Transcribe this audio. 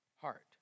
heart